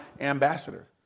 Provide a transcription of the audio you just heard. ambassador